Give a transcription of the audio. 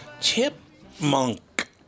Chipmunk